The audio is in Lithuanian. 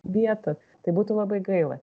vietą tai būtų labai gaila